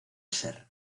ser